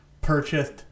purchased